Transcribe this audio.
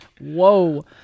Whoa